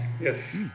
yes